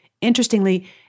Interestingly